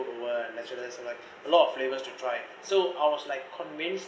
over like lot of flavours to try so I was like convinced